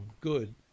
good